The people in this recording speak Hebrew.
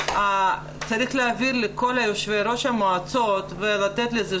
צריך להבהיר לכל יושבי ראש המועצות ולתת לזה